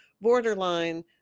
borderline